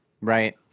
Right